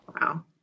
Wow